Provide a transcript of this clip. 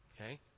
okay